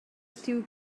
lliw